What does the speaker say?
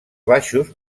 baixos